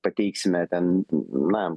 pateiksime ten na